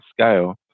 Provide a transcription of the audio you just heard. scale